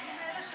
ככה זה יפה?